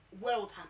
world